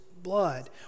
blood